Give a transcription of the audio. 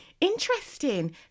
interesting